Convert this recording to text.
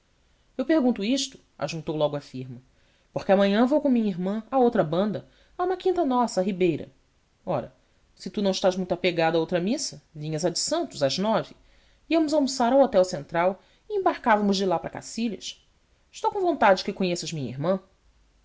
eu pergunto isto ajuntou logo a firma porque amanhã vou com minha irmã à outra banda a uma quinta nossa a ribeira ora se tu não estás muito apegado a outra missa venhas à de santos às nove íamos almoçar ao hotel tentral e embarcávamos de lá para cacilhas estou com vontade que conheças minha irmã